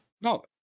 No